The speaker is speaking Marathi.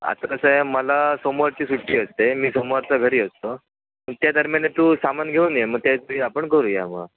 आता कसं आहे मला सोमवारची सुट्टी असते मी सोमवारचा घरी असतो त्या दरम्यान तू सामान घेऊन ये मग त्या ते आपण करूया मग